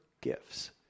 gifts